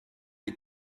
des